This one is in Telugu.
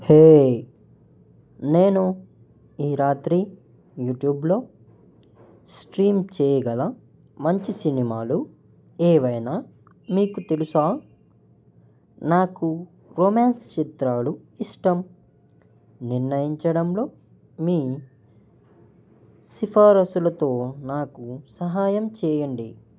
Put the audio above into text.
హే నేను ఈ రాత్రి యూట్యూబ్లో స్ట్రీమ్ చెయ్యగల మంచి సినిమాలు ఏవైనా మీకు తెలుసా నాకు రొమాన్స్ చిత్రాలు ఇష్టం నిర్ణయించడంలో మీ సిఫారుసులతో నాకు సహాయం చెయ్యండి